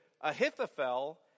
Ahithophel